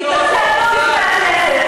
להתנצל בפני הכנסת,